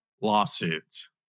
lawsuits